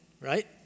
right